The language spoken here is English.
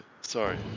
Sorry